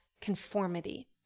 conformity